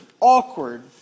awkward